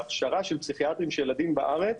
בהכשרה של פסיכיאטרים של ילדים בארץ,